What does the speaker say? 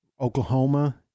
Oklahoma